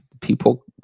people